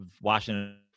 Washington